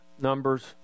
Numbers